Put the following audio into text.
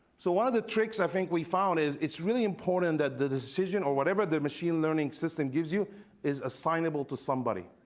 so one of the tricks i think we found is, it's really important that the decision or whatever the machine learning system gives you is assignable to somebody.